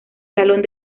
salón